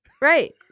right